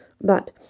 that